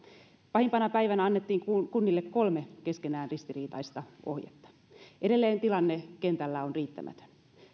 pahimpana päivänä annettiin kunnille kolme keskenään ristiriitaista ohjetta edelleen tilanne kentällä on riittämätön